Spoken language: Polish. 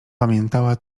pamiętała